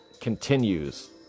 continues